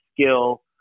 skill